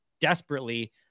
desperately